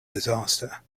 disaster